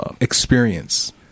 experience